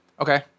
Okay